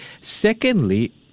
Secondly